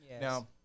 Now